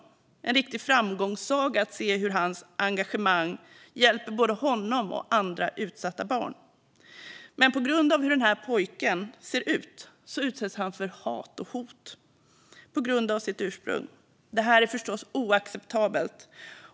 Det är en riktig framgångssaga att se hur hans engagemang hjälper både honom och andra utsatta barn. Men på grund av hur denna pojke ser ut och hans ursprung utsätts han för hat och hot. Detta är förstås oacceptabelt.